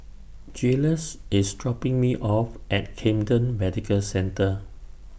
Jiles IS dropping Me off At Camden Medical Centre